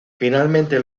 finalmente